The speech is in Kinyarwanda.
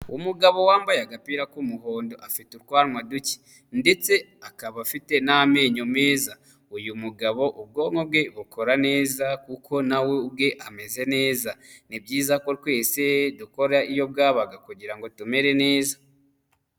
Umugabo wambaye agapira k'umuhondo afite utwanwa duke ndetse akaba afite n'amenyo meza uyu mugabo ubwonko bwe bukora neza kuko na we ubwe ameze neza ni byiza ko twese dukora iyo bwabaga kugira ngo tumere neza.